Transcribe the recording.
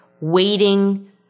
waiting